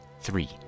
three